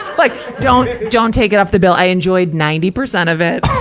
like don't, don't take it off the bill. i enjoyed ninety percent of it.